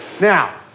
Now